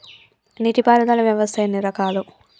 నీటి పారుదల వ్యవస్థ ఎన్ని రకాలు?